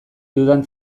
dudan